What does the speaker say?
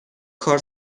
کار